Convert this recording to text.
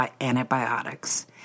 antibiotics